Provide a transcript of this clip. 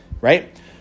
right